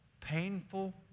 painful